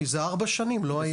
כי זה ארבע שנים לא היה.